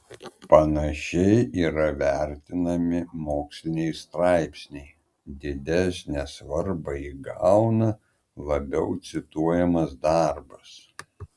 panašiai yra vertinami moksliniai straipsniai didesnę svarbą įgauna labiau cituojamas darbas